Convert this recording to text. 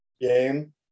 game